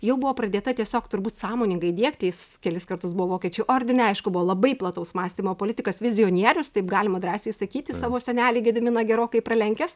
jau buvo pradėta tiesiog turbūt sąmoningai diegti jis kelis kartus buvo vokiečių ordine aišku buvo labai plataus mąstymo politikas vizijonierius taip galima drąsiai sakyti savo senelį gediminą gerokai pralenkęs